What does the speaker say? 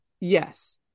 Yes